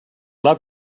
love